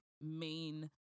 main